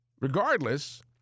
Regardless